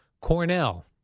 Cornell